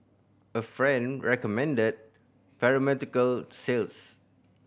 a friend recommended pharmaceutical sales